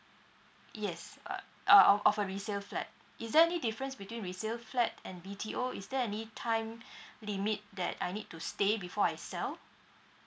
yes uh a of of a resale flat is there any difference between resale flat and B_T_O is there any time limit that I need to stay before I sell